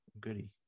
Goodie